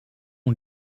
ont